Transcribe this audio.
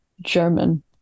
German